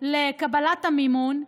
לקבלת המימון,